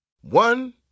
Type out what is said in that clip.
One